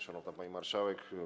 Szanowna Pani Marszałek!